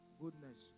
goodness